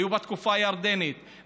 היו בתקופה הירדנית,